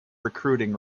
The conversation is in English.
recruiting